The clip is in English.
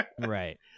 right